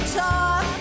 talk